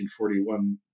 1941